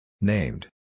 Named